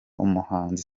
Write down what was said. umuhanzi